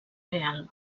real